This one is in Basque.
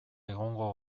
egongo